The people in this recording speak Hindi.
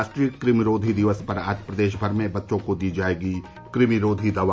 राष्ट्रीय क़मिरोधी दिवस पर आज प्रदेशभर में बच्चों को दी जायेगी क़मिरोधी दवा